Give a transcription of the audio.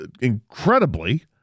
incredibly